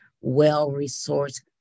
well-resourced